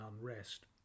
unrest